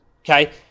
okay